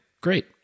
Great